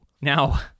Now